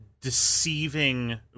deceiving